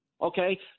okay